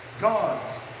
God's